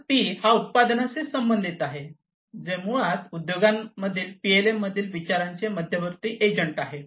तर पी हा उत्पादनाशी संबंधित आहे जे मुळात उद्योगांमध्ये पीएलएममधील विचारांचे मध्यवर्ती एजंट आहे